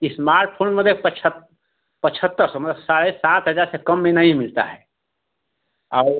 smart phone मतलब कि पछत पचहत्तर समझ साढ़े सात हजार से कम में नहीं मिलता है और